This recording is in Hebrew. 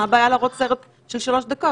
מה הבעיה להראות סרט של שלוש דקות?